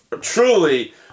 truly